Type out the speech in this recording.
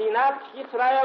מדינת ישראל